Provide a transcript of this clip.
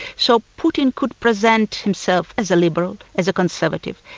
so putin could present himself as a liberal, as a conservative,